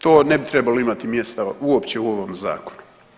To ne bi trebalo imati mjesta uopće u ovom zakonu.